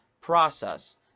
process